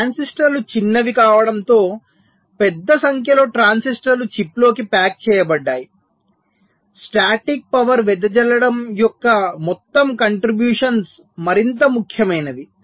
ట్రాన్సిస్టర్లు చిన్నవి కావడంతో పెద్ద సంఖ్యలో ట్రాన్సిస్టర్లు చిప్లోకి ప్యాక్ చేయబడ్డాయి స్టాటిక్ పవర్ వెదజల్లడం యొక్క మొత్తం కంట్రిబ్యూషన్స్ మరింత ముఖ్యమైనవి